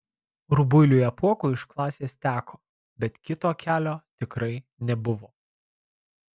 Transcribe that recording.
rubuiliui apuokui iš klasės teko bet kito kelio tikrai nebuvo